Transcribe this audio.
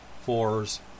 fours